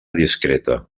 discreta